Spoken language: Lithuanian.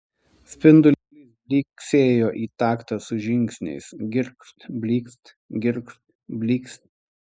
spindulys blyksėjo į taktą su žingsniais girgžt blykst girgžt blykst